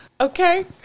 Okay